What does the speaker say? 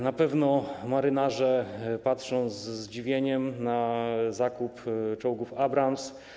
Na pewno marynarze patrzą ze zdziwieniem na zakup czołgów Abrams.